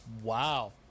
Wow